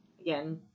again